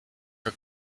for